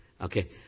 Okay